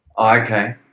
Okay